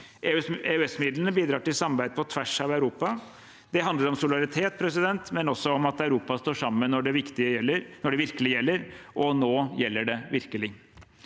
EØS-midlene bidrar til samarbeid på tvers av Europa. Det handler om solidaritet, men også om at Europa står sammen når det virkelig gjelder – og nå gjelder det virkelig.